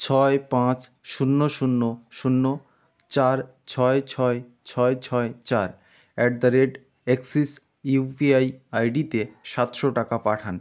ছয় পাঁচ শূন্য শূন্য শূন্য চার ছয় ছয় ছয় ছয় চার at the rate Axis U P I I D তে সাতশো টাকা পাঠান